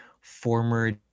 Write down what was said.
former